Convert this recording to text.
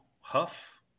huff